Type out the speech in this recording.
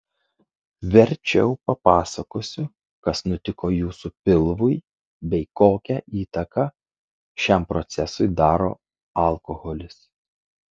verčiau papasakosiu kas nutiko jūsų pilvui bei kokią įtaką šiam procesui daro alkoholis